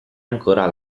ancora